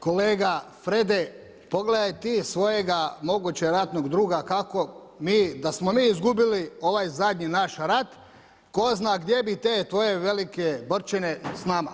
Kolega Frede, pogledaj ti svojega moguće ratnog druga kako mi, da smo mi izgubili ovaj zadnji naš rat, tko zna gdje bi te tvoje velike borčine s nama.